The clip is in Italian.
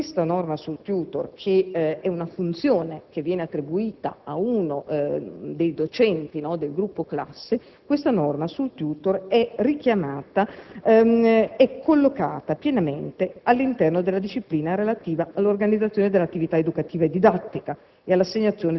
Ovviamente la norma sul *tutor*, una funzione che viene attribuita ad uno dei docenti del gruppo classe, è collocata pienamente all'interno della disciplina relativa all'organizzazione dell'attività educativa e didattica